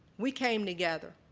we came together.